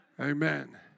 Amen